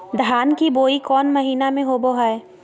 धान की बोई कौन महीना में होबो हाय?